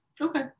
Okay